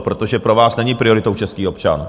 Protože pro vás není prioritou český občan.